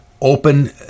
open